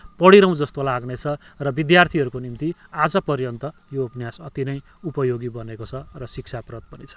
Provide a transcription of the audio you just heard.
पढिरहुँ जस्तो लाग्ने छ र विद्यार्थीहरूको निम्ति आजपर्यन्त यो उपन्यास अति नै उपयोगी बनेको छ र शिक्षाप्रद पनि छ